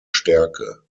stärke